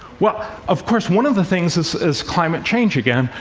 well, of course, one of the things is is climate change again.